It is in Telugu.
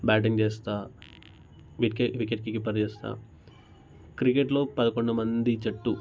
బ్యాటింగ్ చేస్తాను వికెట్ వికెట్ కీపర్ చేస్తాను క్రికెట్లో పదకొండు మంది జట్టు